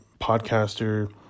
podcaster